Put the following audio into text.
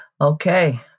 okay